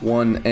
one